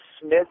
Smith